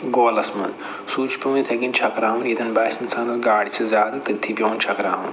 تہٕ گولَس منٛز سُے چھُ پٮ۪وان یِتھٕے کٔنۍ چھٔکراوُن ییٚتٮ۪ن باسہِ اِنسانَس گاڈٕ چھِ زیادٕ تٔتۍتھٕے پٮ۪وان چھَکراوُن